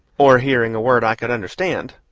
or hearing a word i could understand.